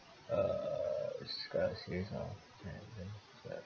uh describe